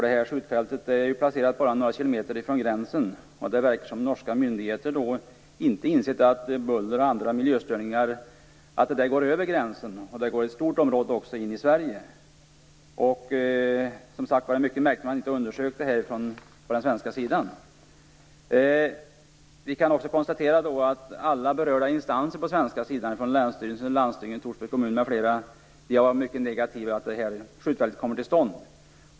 Det här skjutfältet skall ju placeras bara några kilometer från gränsen. Det verkar som om norska myndigheter inte har insett att buller och andra miljöstörningar går över gränsen. Det berör ett stort område också i Sverige. Det är, som sagt, mycket märkligt att man inte har undersökt hur det är på den svenska sidan. Vi kan också konstatera att alla berörda instanser på den svenska sidan - länsstyrelsen, landstinget, Torsby kommun m.fl. - är mycket negativa till att det här skjutfältet kommer till stånd.